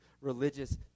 religious